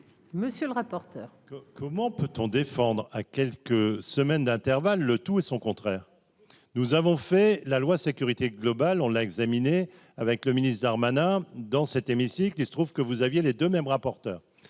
monsieur le rapporteur. Comment peut-on défendre à quelques semaines d'intervalle, le tout et son contraire, nous avons fait la loi sécurité globale, on l'a examiné avec le ministre Darmanin dans cet hémicycle, il se trouve que vous aviez les deux même rapporteur